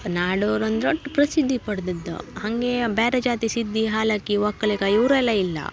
ನಾಡೋರು ಅಂದ್ರೆ ಅಷ್ಟ್ ಪ್ರಸಿದ್ಧಿ ಪಡ್ದದ್ದು ಹಾಗೆಯ ಬೇರೆ ಜಾತಿ ಸಿದ್ದಿ ಹಾಲಕ್ಕಿ ಒಕ್ಕಲಿಗ ಇವ್ರು ಎಲ್ಲ ಇಲ್ಲ